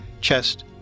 chest